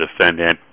defendant